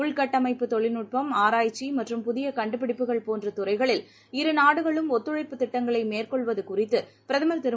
உள்கட்டமைப்பு தொழில்நுட்பம் ஆராய்ச்சி மற்றும் புதிய கண்டுபிடிப்புகள் போன்ற துறைகளில் இரு நாடுகளும் ஒத்துழைப்பு திட்டங்களை மேற்கொள்வது குறித்துப் பிரதமர் திரு